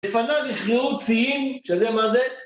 לפניו יכרעו ציים, שזה מה זה?